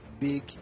big